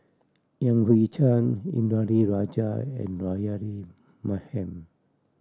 Yan Hui Chang Indranee Rajah and Rahayu Mahzam